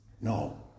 No